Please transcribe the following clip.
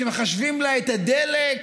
מחשבים לה את הדלק,